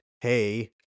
hey